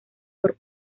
por